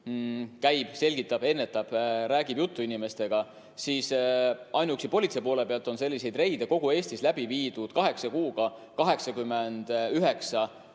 käib, selgitab, ennetab, räägib juttu inimestega, siis ainuüksi politsei poole pealt on selliseid reide kogu Eestis läbi viidud kaheksa kuuga 89.